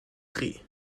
drie